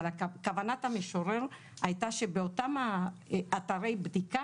אבל כוונת המשורר הייתה שבאותם אתרי בדיקה